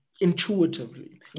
Intuitively